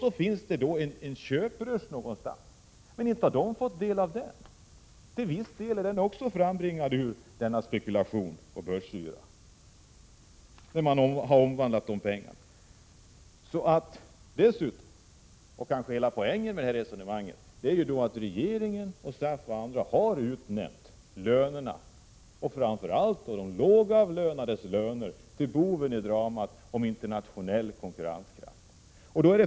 Det finns visserligen en köprusch någonstans, men de lågavlönade har inte fått del av den. Den är också till viss del frambringad av denna spekulation och börsyra under vilken pengarna har omvandlats. Poängen i resonemanget blir då att SAF och regeringen har utnämnt lönerna, och framför allt de lågavlönades löner, till boven i dramat när det gäller internationell konkurrenskraft.